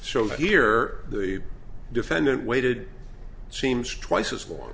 so here the defendant waited seems twice as for